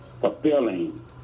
fulfilling